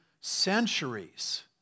centuries